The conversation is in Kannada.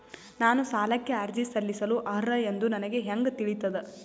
ನಾನು ಸಾಲಕ್ಕೆ ಅರ್ಜಿ ಸಲ್ಲಿಸಲು ಅರ್ಹ ಎಂದು ನನಗೆ ಹೆಂಗ್ ತಿಳಿತದ?